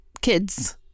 kids